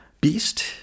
Beast